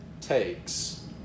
takes